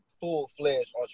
full-fledged